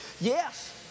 Yes